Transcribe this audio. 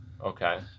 Okay